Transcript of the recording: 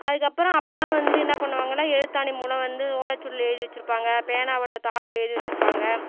அதுக்கப்புறம் அப்பெலாம் வந்து என்ன பண்ணுவாங்கன்னால் எழுத்தாணி மூலம் வந்து ஓலைச்சுவடில எழுதி வச்சுருப்பாங்க பேனாவில் தாளில் எழுதி வச்சுருப்பாங்க